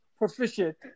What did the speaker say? Proficient